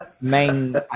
main